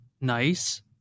nice